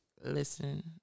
listen